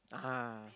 (uh huh)